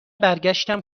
برگشتم